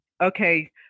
okay